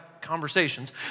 conversations